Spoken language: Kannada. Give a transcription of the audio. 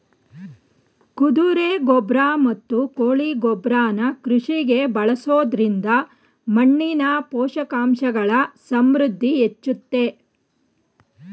ಕುದುರೆ ಗೊಬ್ರ ಮತ್ತು ಕೋಳಿ ಗೊಬ್ರನ ಕೃಷಿಗೆ ಬಳಸೊದ್ರಿಂದ ಮಣ್ಣಿನ ಪೋಷಕಾಂಶಗಳ ಸಮೃದ್ಧಿ ಹೆಚ್ಚುತ್ತೆ